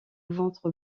ventre